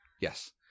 yes